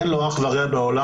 אין לו אח ורע בעולם,